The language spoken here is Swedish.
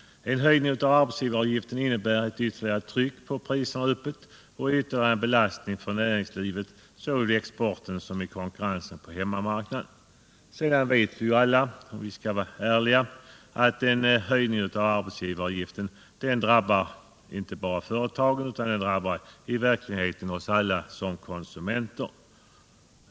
En höjning av arbetsgivaravgiften innebär ett ytterligare tryck uppåt på priserna och ytterligare belastning för näringslivet såväl vid export som i konkurrens på hemmamarknaden. Dessutom vet vi alla att en höjning av arbetsgivaravgiften drabbar inte bara företagen utan alla oss konsumenter.